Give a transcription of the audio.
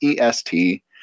est